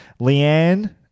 Leanne